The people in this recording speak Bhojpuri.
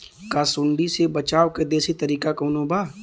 का सूंडी से बचाव क देशी तरीका कवनो बा?